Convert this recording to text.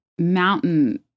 Mountain